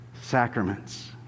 sacraments